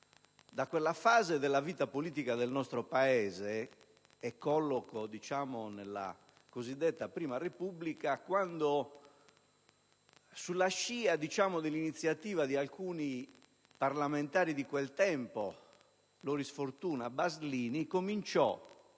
da quella fase della vita politica del nostro Paese, che colloco nella cosiddetta prima Repubblica, quando sulla scia dell'iniziativa di alcuni parlamentari del tempo, come Loris Fortuna e Antonio Baslini, cominciò